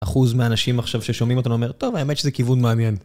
אחוז מהאנשים עכשיו ששומעים אותנו אומר, טוב האמת שזה כיוון מעניין.